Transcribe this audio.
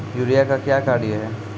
Urea का क्या कार्य हैं?